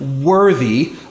worthy